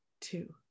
two